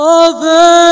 over